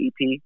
EP